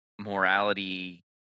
morality